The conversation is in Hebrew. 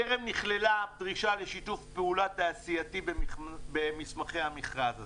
טרם נכללה הפרישה לשיתוף פעולה תעשייתי במסמכי המכרז הזה.